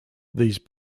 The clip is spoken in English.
these